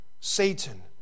Satan